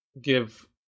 give